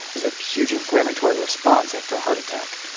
there's a huge inflammatory response after a heart attack,